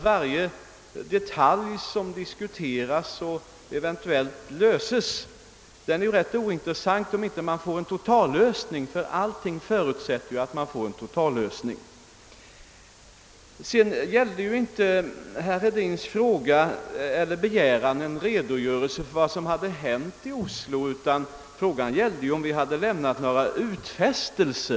Varje detalj som diskuteras och eventuellt löses är ganska ointressant så länge man inte fått till stånd den totallösning, som utgör en avgörande förutsättning för det hela. Herr Hedins fråga gällde dessutom inte en begäran om en redogörelse för vad som hade hänt i Oslo, utan den avsåg det förhållandet om vi där hade lämnat några utfästelser.